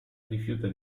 rifiuta